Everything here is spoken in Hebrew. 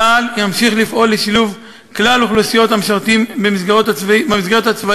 צה"ל ימשיך לפעול לשילוב כלל אוכלוסיות המשרתים במסגרת הצבאית,